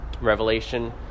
Revelation